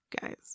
guys